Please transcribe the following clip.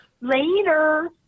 Later